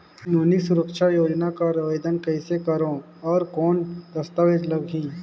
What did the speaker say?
नोनी सुरक्षा योजना कर आवेदन कइसे करो? और कौन दस्तावेज लगही?